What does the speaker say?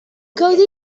codi